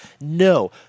No